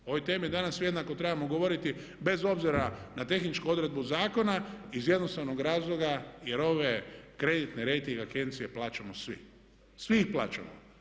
O ovoj temi danas svi jednako trebamo govoriti bez obzira na tehničku odredbu zakona iz jednostavnog razloga jer ove kreditne rejting agencije plaćamo svi, svi ih plaćamo.